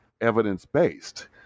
evidence-based